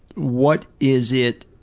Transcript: what is it,